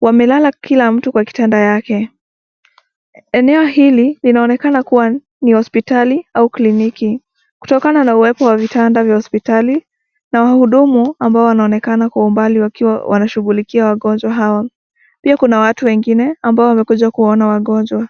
Wamelala kila mtu kwa kitanda yake. Eneo hili linaonekana kuwa ni hospitali au kliniki, kutokana na uwepo wa vitanda vya hospitali na wahudumu ambao wanaonekana kwa umbali wakiwa wanashughulikia wagonjwa hawa. Pia kuna watu wengine ambao wamekuja kuwaona wagonjwa.